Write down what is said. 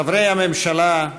חברי הממשלה,